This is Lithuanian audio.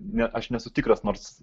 ne aš nesu tikras nors